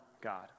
God